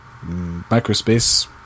Microspace